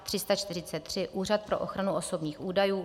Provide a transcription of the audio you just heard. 343 Úřad pro ochranu osobních údajů